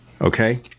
Okay